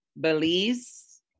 Belize